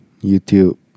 YouTube